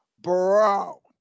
Bro